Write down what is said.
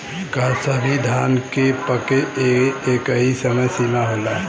का सभी धान के पके के एकही समय सीमा होला?